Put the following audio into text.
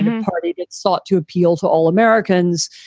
and a party that sought to appeal to all americans,